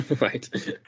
Right